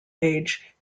age